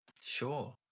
sure